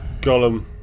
Gollum